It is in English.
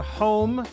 home